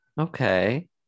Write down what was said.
Okay